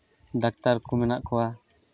doctor ᱠᱚ ᱢᱮᱱᱟᱜ ᱠᱚᱣᱟ